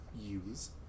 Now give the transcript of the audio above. use